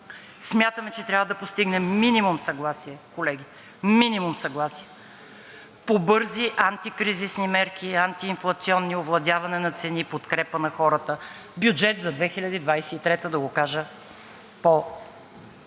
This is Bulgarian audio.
смятаме, че трябва да постигнем минимум съгласие, колеги, минимум съгласие, по бързи антикризисни мерки, антиинфлационни, овладяване на цени, подкрепа на хората, бюджет за 2023 г., да го кажа по-глобално,